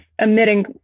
emitting